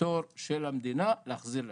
התור של המדינה להחזיר להם.